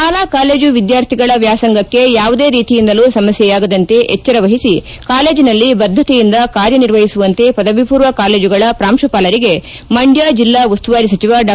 ಶಾಲಾ ಕಾಲೇಜುಗಳ ವಿದ್ವಾರ್ಥಿಗಳಿಗೆ ವ್ಯಾಸಂಗಕ್ಷೆ ಯಾವುದೇ ರೀತಿಯಿಂದಲೂ ಸಮಸ್ಕೆಯಾಗದಂತೆ ಎಚ್ಲರವಹಿಸಿ ಕಾಲೇಜನಲ್ಲಿ ಬದ್ದತೆಯಿಂದ ಕಾರ್ಯನಿರ್ವಸುವಂತೆ ಪದವಿಪೂರ್ವ ಕಾಲೇಜುಗಳ ಪ್ರಾಂಶುಪಾಲರಿಗೆ ಮಂಡ್ಯ ಜಿಲ್ಡಾ ಉಸ್ತುವಾರಿ ಸಚಿವ ಡಾ